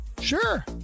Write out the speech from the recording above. Sure